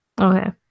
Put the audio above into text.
Okay